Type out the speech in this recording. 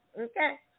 Okay